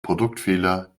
produktfehler